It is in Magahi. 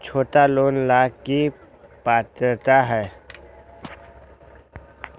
छोटा लोन ला की पात्रता है?